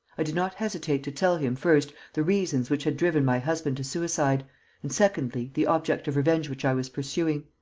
i did not hesitate to tell him, first, the reasons which had driven my husband to suicide and, secondly, the object of revenge which i was pursuing.